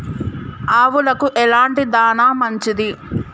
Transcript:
ఆవులకు ఎలాంటి దాణా మంచిది?